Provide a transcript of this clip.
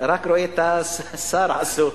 רק את השר, עסוק.